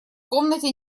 комнате